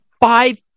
five